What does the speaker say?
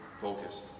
focus